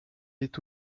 est